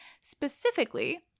Specifically